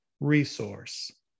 resource